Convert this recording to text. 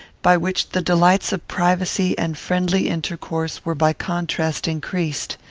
by which the delights of privacy and friendly intercourse were by contrast increased.